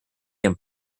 can